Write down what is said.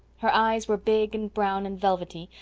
her eyes were big and brown and velvety,